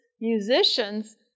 musicians